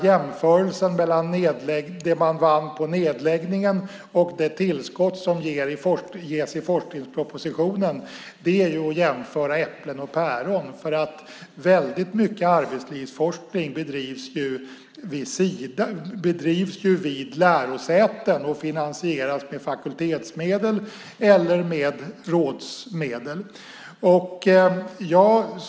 Jämförelsen mellan det man vann på nedläggningen och det tillskott som ges i forskningspropositionen är som att jämföra äpplen och päron. Väldigt mycket arbetslivsforskning bedrivs nämligen vid lärosäten och finansieras med fakultetsmedel eller med rådsmedel.